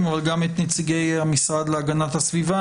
אבל גם את נציגי המשרד להגנת הסביבה,